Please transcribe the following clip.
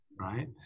right